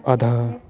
अधः